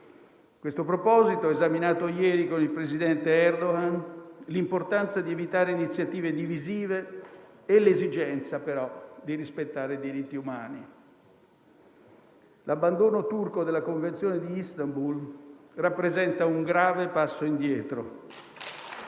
questo proposito ho esaminato ieri con il presidente Erdogan l'importanza di evitare iniziative divisive e l'esigenza, però, di rispettare i diritti umani. L'abbandono turco della Convenzione di Istanbul rappresenta un grave passo indietro.